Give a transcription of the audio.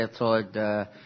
outside